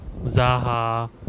Zaha